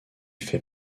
fait